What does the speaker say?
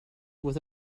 with